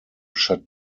shut